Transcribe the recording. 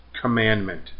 commandment